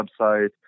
website